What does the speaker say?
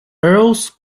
earls